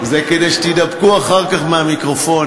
זה כדי שתידבקו אחר כך מהמיקרופונים.